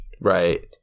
Right